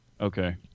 Okay